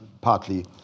partly